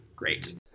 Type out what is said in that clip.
Great